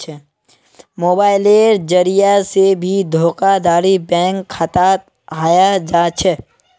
मोबाइलेर जरिये से भी धोखाधडी बैंक खातात हय जा छे